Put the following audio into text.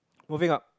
moving up